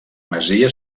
masia